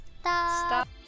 Stop